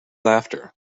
laughter